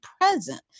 present